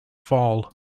fall